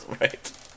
Right